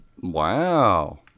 Wow